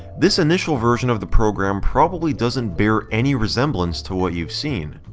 this initial version of the program probably doesn't bear any resemblance to what you've seen.